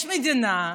יש מדינה,